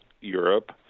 Europe